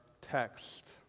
text